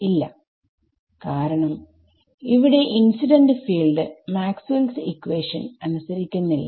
ഇല്ല കാരണം അവിടെ incident field Maxwell's equation Maxwells equation അനുസരിക്കുന്നില്ല